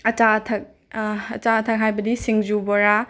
ꯑꯆꯥ ꯑꯊꯛ ꯑꯆꯥ ꯑꯊꯛ ꯍꯥꯏꯕꯗꯤ ꯁꯤꯡꯖꯨ ꯕꯣꯔꯥ